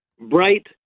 bright